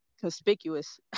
conspicuous